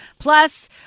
Plus